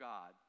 God